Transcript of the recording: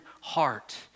heart